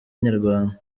inyarwanda